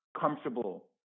comfortable